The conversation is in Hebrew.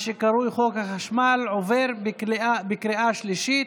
מה שקרוי "חוק החשמל" עוברת בקריאה שלישית